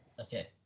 Okay